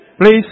Please